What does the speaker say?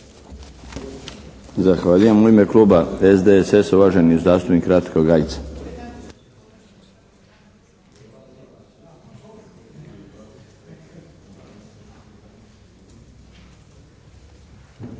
Zahvaljujem. U ime kluba SDSS-a, uvaženi zastupnik Ratko Gajica.